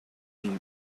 dream